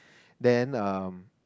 then um